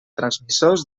transmissors